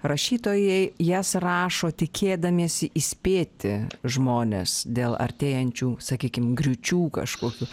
rašytojai jas rašo tikėdamiesi įspėti žmones dėl artėjančių sakykim griūčių kažkokių